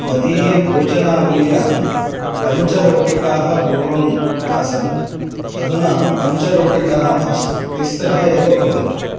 मदीयभोजनावल्यां पञ्चरोटिकाः पूर्वम् आसन् अधुना पञ्चरोटिकाः मास्तु तिस्रः एव भवन्तु